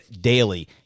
daily